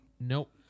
Nope